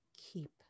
keep